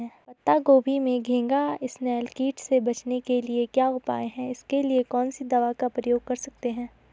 पत्ता गोभी में घैंघा इसनैल कीट से बचने के क्या उपाय हैं इसके लिए कौन सी दवा का प्रयोग करते हैं?